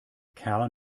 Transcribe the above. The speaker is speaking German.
kerl